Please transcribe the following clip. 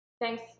thanks